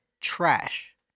trash